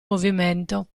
movimento